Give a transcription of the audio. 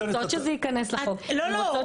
הן רוצות שזה ייכנס לחוק, הן רוצות שיהיה מכרז.